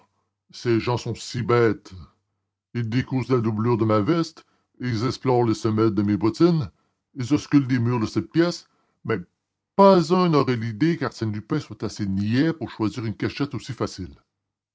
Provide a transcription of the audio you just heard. ces gens-là sont si bêtes ils décousent la doublure de ma veste ils explorent les semelles de mes bottines ils auscultent les murs de cette pièce mais pas un n'aurait l'idée qu'arsène lupin soit assez niais pour choisir une cachette aussi facile